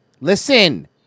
Listen